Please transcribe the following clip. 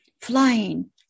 flying